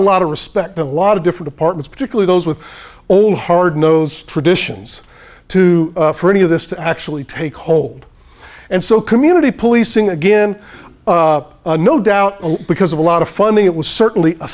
a lot of respect a lot of different departments particularly those with old hard nosed traditions to for any of this to actually take hold and so community policing again no doubt because of a lot of funding it was certainly a